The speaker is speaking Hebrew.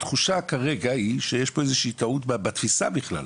התחושה היא כרגע שיש פה איזושהי טעות בתפיסה בכלל,